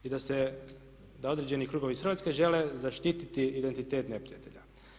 I da se, da određeni krugovi iz Hrvatske žele zaštiti identitet neprijatelja.